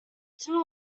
two